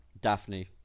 daphne